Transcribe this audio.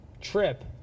trip